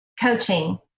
coaching